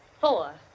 Four